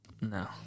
No